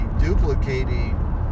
duplicating